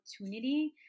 opportunity